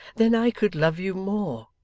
then i could love you more